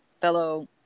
fellow